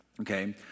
Okay